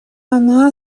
она